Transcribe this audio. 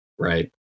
Right